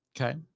Okay